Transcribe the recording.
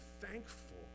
thankful